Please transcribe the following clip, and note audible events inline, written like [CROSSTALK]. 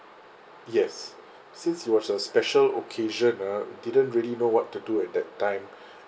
yes since it was a special occasion ah didn't really know what to do at that time [BREATH]